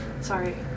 Sorry